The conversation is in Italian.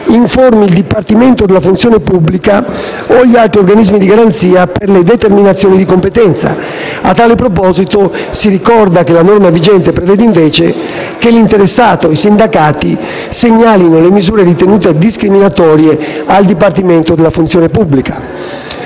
informi il Dipartimento della funzione pubblica o gli altri organismi di garanzia per le determinazioni di competenza. A tale proposito, si ricorda che la norma vigente prevede, invece, che l'interessato o i sindacati segnalino le misure ritenute discriminatorie al Dipartimento della funzione pubblica.